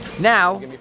Now